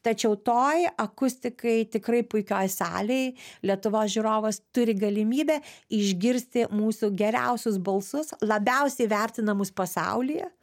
tačiau toj akustikai tikrai puikioj salėj lietuvos žiūrovas turi galimybę išgirsti mūsų geriausius balsus labiausiai vertinamus pasaulyje